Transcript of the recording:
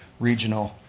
regional,